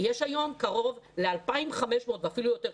יש היום קרוב ל-2,500 ואפילו יותר,